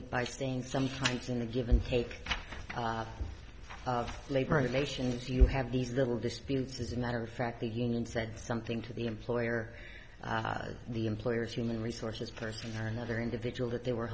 it by saying sometimes in a give and take of labor relations you have these little disputes as a matter of fact the union said something to the employer the employer's human resources person or another individual that they were